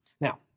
Now